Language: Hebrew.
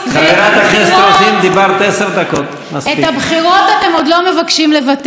אבל כנראה שלהיבחר מותר אבל לדבר אסור.